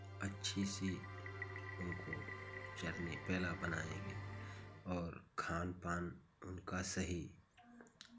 अच्छी सी उनको चरनी पहला बनाएँगे और खान पान उनका सही